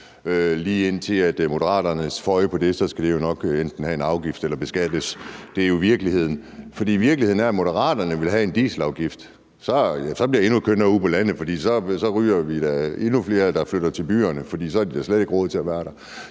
lige indtil Moderaterne får øje på det, for så skal det jo nok enten have en afgift eller beskattes. Det er jo virkeligheden. Virkeligheden er, at Moderaterne vil have en dieselafgift. Så bliver det endnu kønnere ude på landet, for så er der da endnu flere, der flytter til byerne. Så har de da slet ikke råd til at være der.